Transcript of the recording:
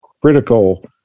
critical